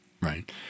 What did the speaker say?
right